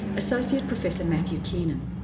associate professor matthew kiernan.